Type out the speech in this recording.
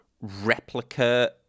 replica